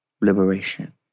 liberation